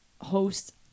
host